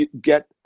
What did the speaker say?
get